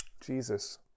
Jesus